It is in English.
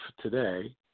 today